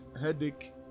headache